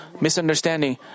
misunderstanding